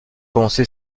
commencé